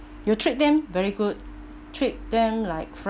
you treat them very good treat them like